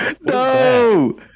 No